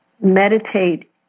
meditate